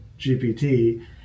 GPT